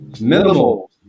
minimal